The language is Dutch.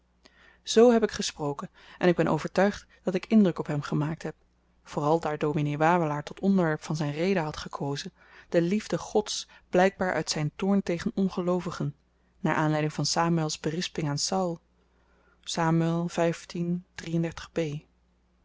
z heb ik gesproken en ik ben overtuigd dat ik indruk op hem gemaakt heb vooral daar dominee wawelaar tot onderwerp van zyn rede had gekozen de liefde gods blykbaar uit zyn toorn tegen ongeloovigen naar aanleiding van samuels berisping aan saul sam